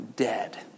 Dead